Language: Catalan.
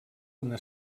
una